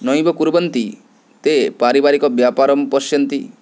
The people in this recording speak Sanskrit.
नैब कुर्वन्ति ते पारिबारिकब्यापारं पश्यन्ति